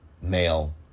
male